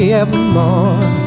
evermore